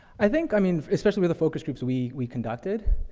i think, i mean, especially with the focus groups we, we conducted,